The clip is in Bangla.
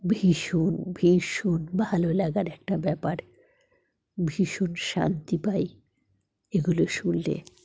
ভীষণ ভীষণ ভালো লাগার একটা ব্যাপার ভীষণ শান্তি পাই এগুলো শুনলে